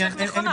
בסדר.